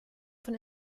von